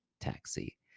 taxi